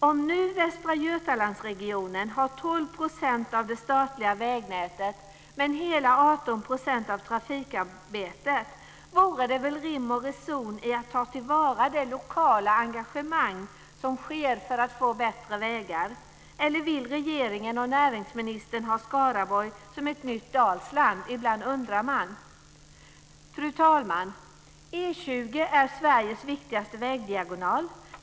Om nu Västra Götalands-regionen har 12 % av det statliga vägnätet, men hela 18 % av trafikarbetet, vore det väl rim och reson i att ta till vara det lokala engagemang som finns för att man ska få bättre vägar. Eller vill regeringen och näringsministern ha Skaraborg som ett nytt Dalsland? Ibland undrar man. Fru talman! E 20 är Sveriges viktigaste vägdiagonal.